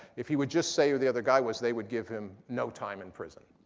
if he would just say who the other guy was, they would give him no time in prison.